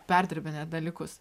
perdirbinėt dalykus